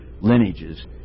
lineages